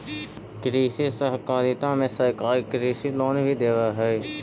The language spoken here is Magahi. कृषि सहकारिता में सरकार कृषि लोन भी देब हई